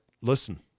listen